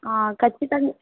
ఖచ్చితంగా